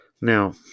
Now